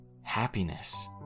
happiness